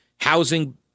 Housing